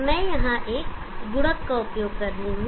मैं यहां एक गुणक का उपयोग कर रहा हूं